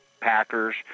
Packers